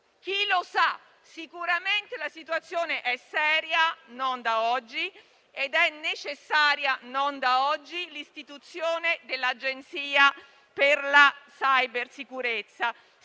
chi lo sa. Sicuramente la situazione è seria - non da oggi - ed è necessaria - non da oggi - l'istituzione dell'Agenzia per la cybersicurezza.